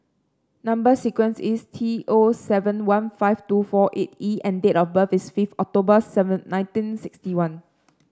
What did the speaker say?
number sequence is T O seven one five two four eight E and date of birth is fifth October seven nineteen sixty one